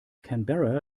canberra